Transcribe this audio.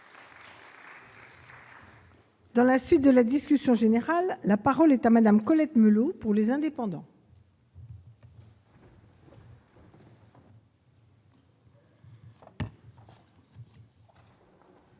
Dans la suite de la discussion générale, la parole est à Madame Colette Mulhouse pour les indépendants.